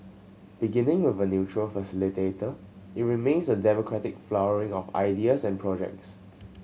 beginning with a neutral facilitator it remains a democratic flowering of ideas and projects